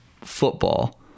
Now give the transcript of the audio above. football